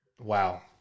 Wow